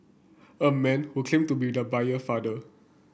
a man who claimed to be the buyer father